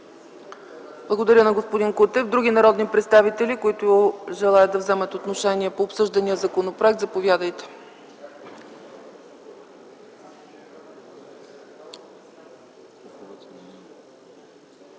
Благодаря на господин Кутев. Има ли други народни представители, които желаят да вземат отношение по обсъждания законопроект? Заповядайте,